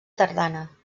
tardana